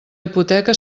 hipoteca